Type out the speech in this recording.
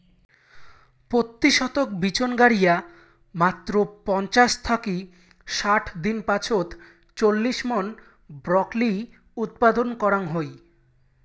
পত্যি শতক বিচন গাড়িয়া মাত্র পঞ্চাশ থাকি ষাট দিন পাছত চল্লিশ মন ব্রকলি উৎপাদন করাং হই